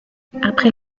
après